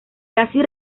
casi